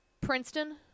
Princeton